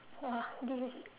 !wah! this is